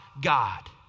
God